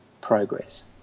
progress